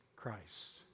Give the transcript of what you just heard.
Christ